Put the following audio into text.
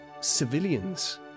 civilians